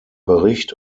bericht